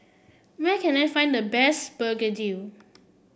where can I find the best begedil